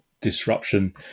disruption